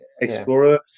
Explorer